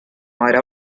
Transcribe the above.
madre